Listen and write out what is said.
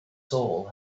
soul